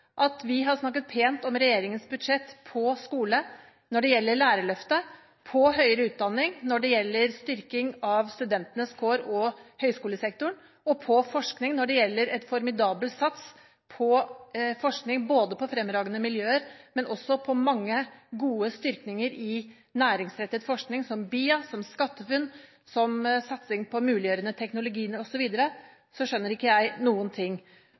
at vi har snakket pent om regjeringens budsjett for skole når det gjelder Lærerløftet, for høyere utdanning når det gjelder styrking av studentenes kår og høyskolesektoren, og for forskning når det gjelder en formidabel satsing både på fremragende miljøer og på mange gode styrkinger av næringsrettet forskning – som BIA, som SkatteFUNN, som satsing på å muliggjøre teknologiene osv. – skjønner ikke jeg